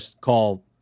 call